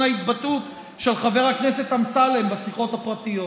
ההתבטאות של חבר הכנסת אמסלם בשיחות הפרטיות.